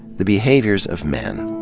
the behaviors of men.